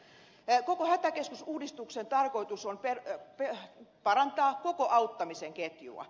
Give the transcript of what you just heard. koko hätäkeskusuudistuksen tarkoitus on parantaa koko auttamisen ketjua